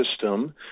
system